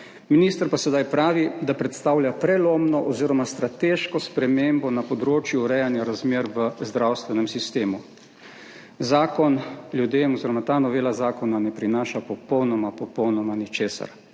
minister pa sedaj pravi, da predstavlja prelomno oziroma strateško spremembo na področju urejanja razmer v zdravstvenem sistemu. Zakon ljudem oziroma ta novela zakona ne prinaša popolnoma, popolnoma ničesar,